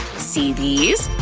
see these?